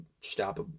stop